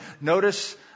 notice